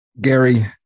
Gary